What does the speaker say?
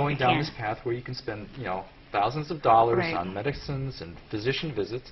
going down and path where you can spend you know thousands of dollars on medicines and physicians that